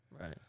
Right